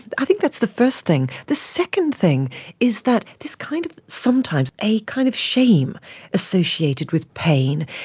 i think that's the first thing. the second thing is that there's kind of sometimes a kind of shame associated with pain.